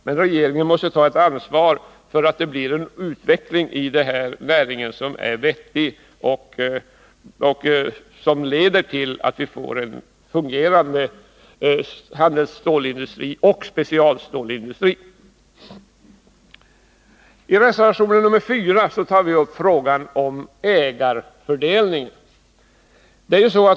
Men regeringen måste ta ett ansvar för att i den här näringen få till stånd en vettig utveckling som leder till att vi får en fungerande handelsstålsindustri och specialstålsindustri. I reservation 4 tar vi upp frågan om ägarfördelningen.